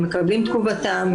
מקבלים את תגובתם,